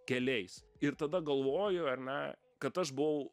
keliais ir tada galvoju ar ne kad aš buvau